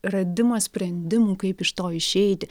radimą sprendimų kaip iš to išeiti